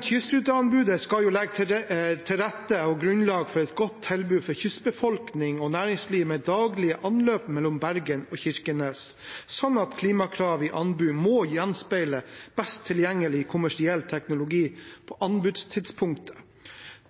Kystruteanbudet skal jo legge grunnlag for et godt tilbud for kystbefolkning og næringsliv med daglige anløp mellom Bergen og Kirkenes, slik at klimakrav i anbud må gjenspeile beste tilgjengelige kommersiell teknologi på anbudstidspunktet,